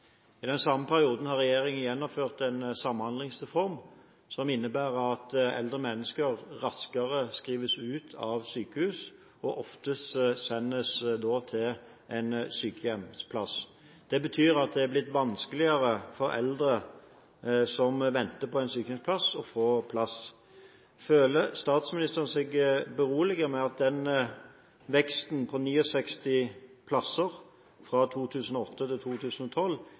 I den samme perioden har regjeringen gjennomført en samhandlingsreform, som innebærer at eldre mennesker raskere skrives ut av sykehus og som oftest sendes til en sykehjemsplass. Det betyr at det er blitt vanskeligere for eldre som venter på en sykehjemsplass, å få plass. Føler statsministeren seg beroliget med at veksten på 69 plasser, fra 2008 til 2012,